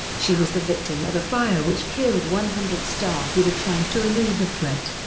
she was the victim of a fire which killed one hundred staff who were trying to remove the threat.